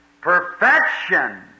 perfection